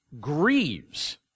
grieves